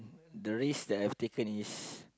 the risk that I've taken is